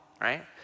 right